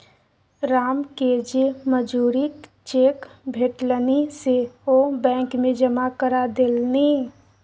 रामकेँ जे मजूरीक चेक भेटलनि से ओ बैंक मे जमा करा देलनि